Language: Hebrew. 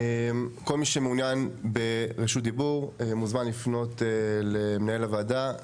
כל מי שמעוניין ברשות דיבור מוזמן לפנות למנהל הוועדה,